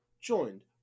Joined